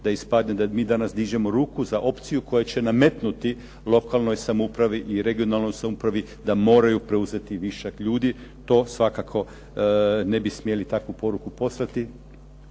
da ispadne da mi danas dižemo ruku za opciju koja će nametnu lokalnoj samoupravi i regionalnoj samoupravi da moraju preuzeti višak ljudi. To svakako ne bi smjeli takvu poruku poslati.